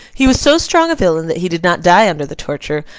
he was so strong a villain that he did not die under the torture,